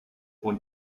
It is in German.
und